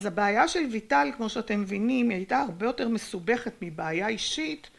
אז הבעיה של ויטל, כמו שאתם מבינים, היא הייתה הרבה יותר מסובכת מבעיה אישית.